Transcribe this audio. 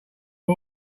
are